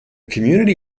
community